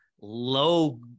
low